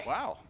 Wow